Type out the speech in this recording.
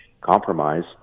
compromise